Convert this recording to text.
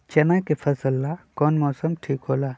चाना के फसल ला कौन मौसम ठीक होला?